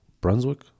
brunswick